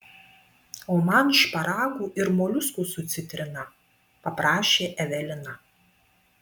o man šparagų ir moliuskų su citrina paprašė evelina